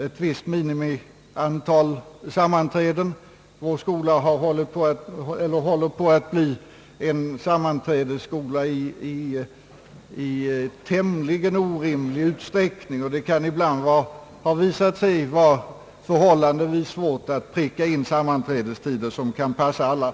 ett visst minimiantal sammanträden. Vår skola håller på att bli en sammanträdesskola i tämligen orim lig utsträckning, och det kan ibland visa sig vara förhållandevis svårt att pricka in sammanträdestider som kan passa alla.